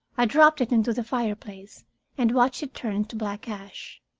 i dropped it into the fireplace and watched it turn to black ash.